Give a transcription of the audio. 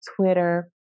Twitter